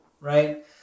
right